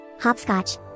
Hopscotch